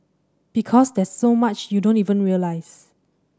because there's so much you don't even realise